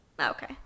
Okay